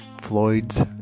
Floyd's